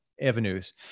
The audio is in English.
avenues